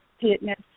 fitness